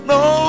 no